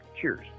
Cheers